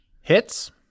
Hits